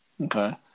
Okay